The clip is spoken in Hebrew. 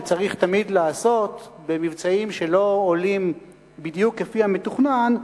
שתמיד צריך לעשות לגבי מבצעים שלא עולים בדיוק כפי המתוכנן,